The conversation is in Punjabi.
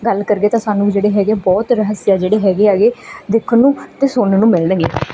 ਗੱਲ ਕਰੀਏ ਤਾਂ ਸਾਨੂੰ ਜਿਹੜੇ ਹੈਗੇ ਬਹੁਤ ਰਹੱਸ ਜਿਹੜੇ ਹੈਗੇ ਹੈਗੇ ਦੇਖਣ ਨੂੰ ਅਤੇ ਸੁਣਨ ਨੂੰ ਮਿਲਣਗੇ